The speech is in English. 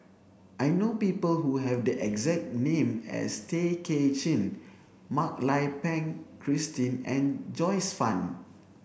I know people who have the exact name as Tay Kay Chin Mak Lai Peng Christine and Joyce Fan